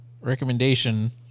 recommendation